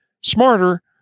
smarter